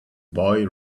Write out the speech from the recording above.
boy